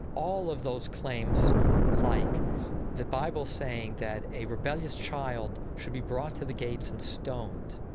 all of those claims like the bible saying that a rebellious child should be brought to the gates and stoned,